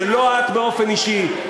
לא את באופן אישי,